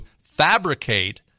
fabricate